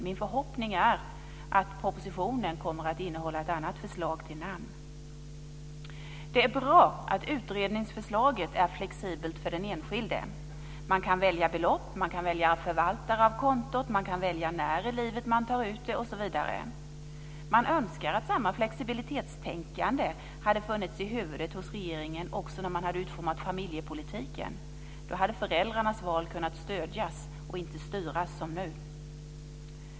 Min förhoppning är att propositionen kommer att innehålla ett annat förslag till namn. Det är bra att utredningsförslaget är flexibelt för den enskilde. Man kan välja belopp, man kan välja förvaltare av kontot, man kan välja när i livet man tar ut från det osv. Jag önskar att samma flexibilitetstänkande hade funnits i huvudet hos regeringen också när den hade utformat familjepolitiken. Då hade föräldrarnas val kunnat stödjas i stället för att som nu styras.